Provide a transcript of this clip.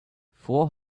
four